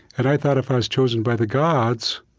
and i thought if i was chosen by the gods,